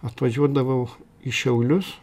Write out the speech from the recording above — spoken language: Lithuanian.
atvažiuodavau į šiaulius